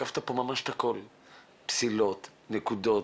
עברת פה ממש על הכול, פסילות, נקודות,